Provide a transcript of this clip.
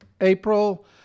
April